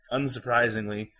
unsurprisingly